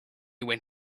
when